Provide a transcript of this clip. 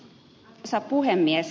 reilu laki